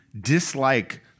dislike